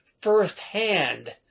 firsthand